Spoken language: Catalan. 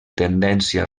tendència